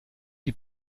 die